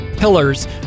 Pillars